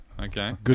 Okay